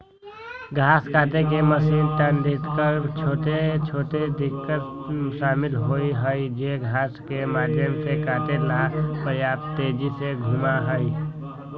घास काटे के मशीन कंडीशनर में छोटे डिस्क शामिल होबा हई जो घास के माध्यम से काटे ला पर्याप्त तेजी से घूमा हई